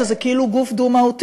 שזה כאילו גוף דו-מהותי.